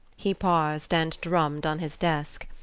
he paused and drummed on his desk.